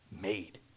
made